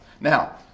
Now